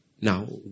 now